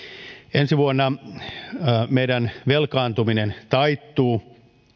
ensi vuonna meidän velkaantumisemme taittuu